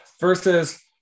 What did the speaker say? Versus